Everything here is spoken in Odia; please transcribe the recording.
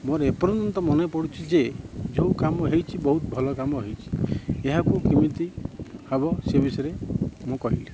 ମୋର ଏପର୍ଯ୍ୟନ୍ତ ମନେ ପଡ଼ୁଛି ଯେ ଯେଉଁ କାମ ହେଇଛି ବହୁତ ଭଲ କାମ ହେଇଛି ବହୁତ ଭଲ କାମ ହେଇଛି ଏହାକୁ କେମିତି ହବ ସେ ବିଷୟରେ ମୁଁ କହିଲି